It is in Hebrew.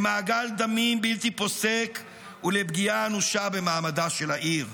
למעגל דמים בלתי פוסק ולפגיעה אנושה במעמדה של העיר.